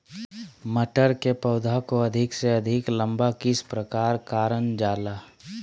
मटर के पौधा को अधिक से अधिक लंबा किस प्रकार कारण जाला?